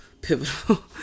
pivotal